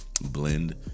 blend